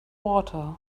water